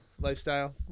Lifestyle